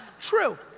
True